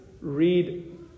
read